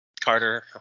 Carter